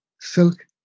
silk